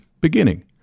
beginning